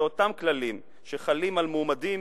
שאותם כללים שחלים על מועמדים,